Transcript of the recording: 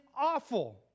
awful